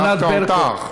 אה, ענת, דווקא אותך.